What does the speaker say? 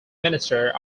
minister